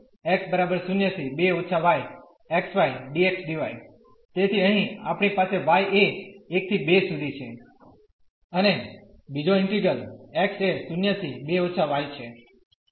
તેથી અહીં આપણી પાસે y એ 1¿ 2 સુધી છે અને બીજો ઇન્ટિગ્રલ x એ 0 થી 2 − y છે